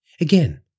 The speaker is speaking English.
Again